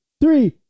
Three